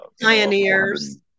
pioneers